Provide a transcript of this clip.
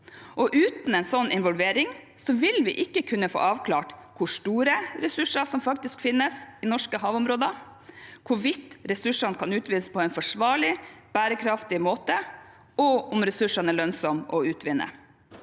Uten en sånn involvering vil vi ikke kunne få avklart hvor store ressurser som faktisk finnes i norske havområder, hvorvidt ressursene kan utvinnes på en forsvarlig, bærekraftig måte, og om ressursene er lønnsomme å utvinne.